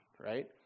right